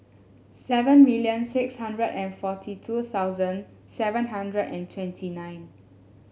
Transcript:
seven million six hundred and forty two thousand seven hundred and twenty nine